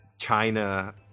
China